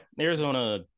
Arizona